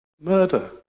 murder